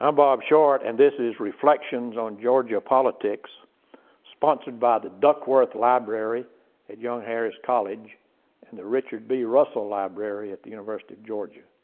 um bob short and this is reflections on georgia politics sponsored by the duckworth library at young harris college and the richard b. russell library at the university of georgia.